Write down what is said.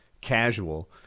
casual